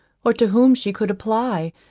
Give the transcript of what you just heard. or to whom she could apply,